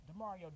Demario